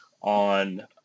on